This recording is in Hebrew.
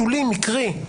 שולי ומקרי,